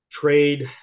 trade